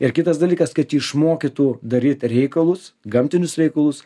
ir kitas dalykas kad išmokytų daryt reikalus gamtinius reikalus